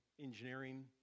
engineering